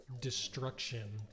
destruction